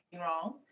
wrong